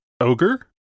ogre